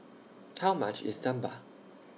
How much IS Sambar